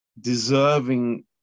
deserving